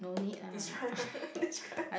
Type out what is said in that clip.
describe describe